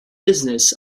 business